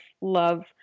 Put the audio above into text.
love